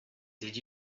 did